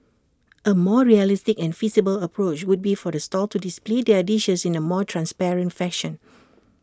A more realistic and feasible approach would be for the stall to display their dishes in A more transparent fashion